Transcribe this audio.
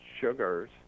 sugars